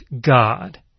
God